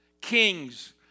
Kings